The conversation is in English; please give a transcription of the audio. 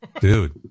Dude